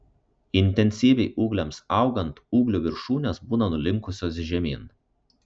intensyviai ūgliams augant ūglių viršūnės būna nulinkusios žemyn